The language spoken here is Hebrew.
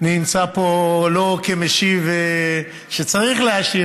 אני נמצא פה לא כמשיב שצריך להשיב,